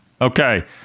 Okay